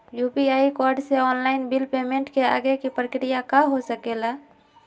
UPI code से online bill payment के आगे के प्रक्रिया का हो सके ला?